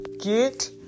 Get